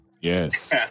Yes